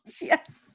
Yes